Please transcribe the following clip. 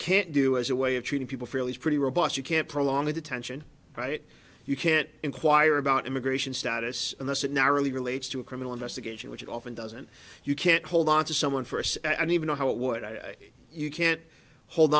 can't do as a way of treating people fairly is pretty robust you can't prolong the detention but you can't inquire about immigration status unless it narrowly relates to a criminal investigation which it often doesn't you can't hold onto someone for us and even know how it would i say you can't hold